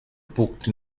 booked